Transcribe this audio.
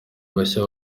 bashya